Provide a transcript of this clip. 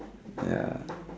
ya